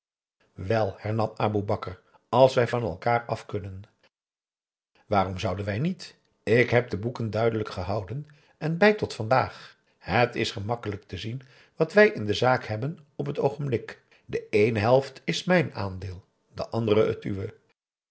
wel hernam aboe bakar als wij van elkaar af kunnen waarom zouden wij niet ik heb de boeken duidelijk gehouden en bij tot vandaag het is gemakkelijk te zien wat wij in de zaak hebben op het oogenblik de eene helft is mijn aandeel de andere